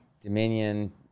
Dominion